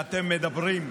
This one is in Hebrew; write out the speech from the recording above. ואתם מדברים,